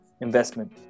investment